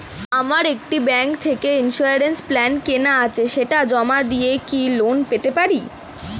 আমার একটি ব্যাংক থেকে ইন্সুরেন্স প্ল্যান কেনা আছে সেটা জমা দিয়ে কি লোন পেতে পারি?